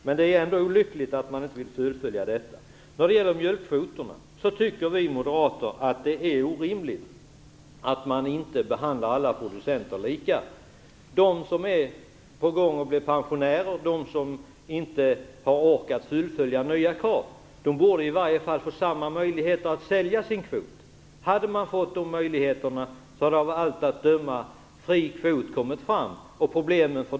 Men det är ändå olyckligt att man inte vill fullfölja detta. När det gäller mjölkkvoterna anser vi moderater att det är orimligt att man inte behandlar alla producenter lika. De som är på väg att bli pensionärer och de som inte har orkat uppfylla nya krav borde i alla fall få samma möjligheter att sälja sin kvot. Hade man fått dessa möjligheter, hade av allt att döma en fri kvot blivit aktuell.